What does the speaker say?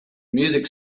music